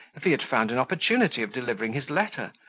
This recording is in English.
if he had found an opportunity of delivering his letter,